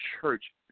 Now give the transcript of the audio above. church